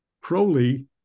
Crowley